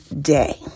day